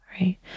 right